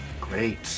Great